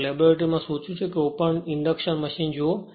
હું લેબોરેટરીમાં સૂચવું છું કે ઓપન ઇન્ડક્શન મશીન જુઓ